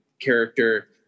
character